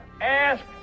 ask